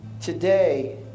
Today